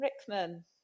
rickman